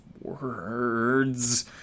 words